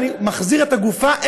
אני מחזיר את הגופה,